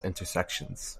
intersections